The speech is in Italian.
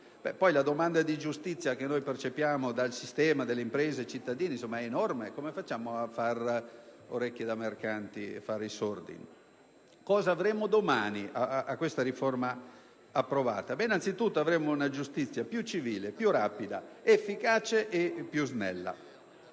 La domanda di giustizia che percepiamo dal sistema delle imprese e dei cittadini è enorme: come facciamo a fare orecchie da mercante, a fare i sordi? Cosa avremo domani, approvata questa riforma? Anzitutto una giustizia più civile, più rapida, efficace e snella;